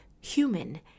human